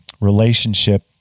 relationship